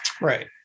Right